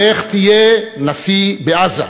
לך תהיה נשיא בעזה,